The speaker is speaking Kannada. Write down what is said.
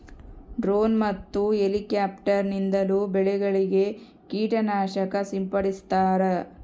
ಡ್ರೋನ್ ಮತ್ತು ಎಲಿಕ್ಯಾಪ್ಟಾರ್ ನಿಂದಲೂ ಬೆಳೆಗಳಿಗೆ ಕೀಟ ನಾಶಕ ಸಿಂಪಡಿಸ್ತಾರ